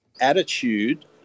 attitude